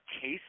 case